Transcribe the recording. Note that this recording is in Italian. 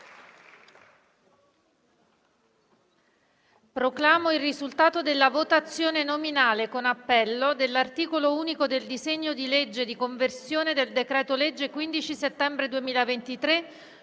Proclamo il risultato della votazione nominale con appello dell'articolo unico del disegno di legge n. 878, di conversione in legge del decreto-legge 15 settembre 2023,